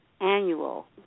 annual